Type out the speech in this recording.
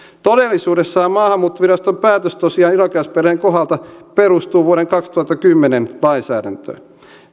todellisuudessa maahanmuuttoviraston päätös tosiaan irakilaisperheen kohdalta perustuu vuoden kaksituhattakymmenen lainsäädäntöön